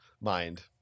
mind